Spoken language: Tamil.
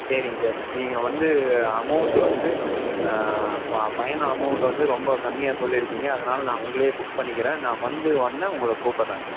சரிங் சார் நீங்கள் வந்து அமௌண்ட்டு வந்து ப பயண அமௌண்ட்டு வந்து ரொம்ப கம்மியாக சொல்லி இருக்கீங்க அதனால் நான் உங்களையே புக் பண்ணிக்கிறேன் நான் வந்த உடனே உங்களை கூப்பிடுறேன் சார்